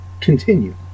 continue